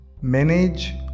manage